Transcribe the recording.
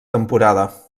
temporada